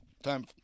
Time